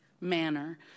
manner